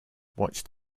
watched